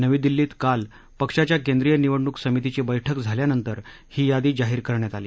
नवी दिल्लीत काल पक्षाच्या केंद्रीय निवडणूक समितीची बैठक झाल्यानंतर ही यादी जाहीर करण्यात आली